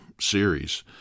series